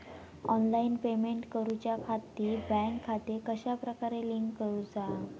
Online payment करुच्याखाती bank खाते कश्या प्रकारे लिंक करुचा?